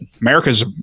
America's